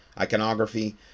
Iconography